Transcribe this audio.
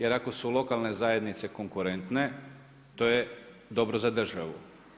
Jer ako su lokalne zajednice konkurentne, to je dobro za državu.